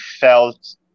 felt